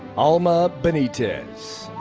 alma benitez.